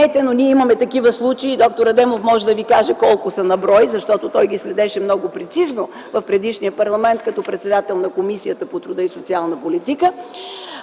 ние имаме такива случаи и д-р Адемов може да Ви каже колко са на брой, защото той ги следеше много прецизно в предишния парламент като председател на Комисията по труда и социалната политика,